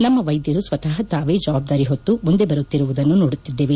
ನಮ್ಮ ವೈದ್ಯರು ಸ್ವತಃ ತಾವೇ ಜವಾಬ್ದಾರಿ ಹೊತ್ತು ಮುಂದೆ ಬರುತ್ತಿರುವುದನ್ನು ನಾವು ನೋಡುತ್ತಿದ್ದೇವೆ